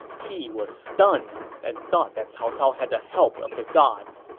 he was stunned and thought that cao cao had the help of the gods.